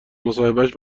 مصاحبهش